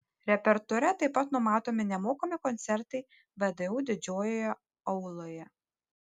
repertuare taip pat numatomi nemokami koncertai vdu didžiojoje auloje